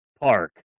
park